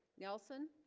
nelson